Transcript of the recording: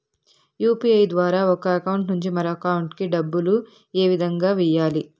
UPI ద్వారా ఒక account నుంచి మరొక అకౌంట్ కి డబ్బులు ఏ విధంగా వెయ్యాలి